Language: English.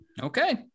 okay